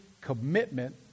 commitment